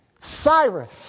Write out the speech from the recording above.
Cyrus